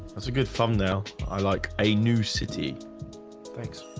that's a good thumbnail i like a new city thanks,